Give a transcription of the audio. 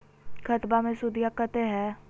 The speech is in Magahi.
खतबा मे सुदीया कते हय?